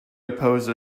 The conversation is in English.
opposed